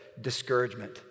discouragement